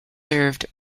served